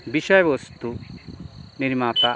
বিষয়বস্তু নির্মাতা